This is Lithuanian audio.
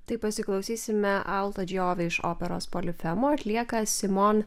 tai pasiklausysime alto džiovi iš operos polifemo atlieka simon